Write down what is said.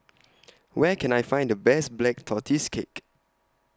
Where Can I Find The Best Black Tortoise Cake